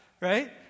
right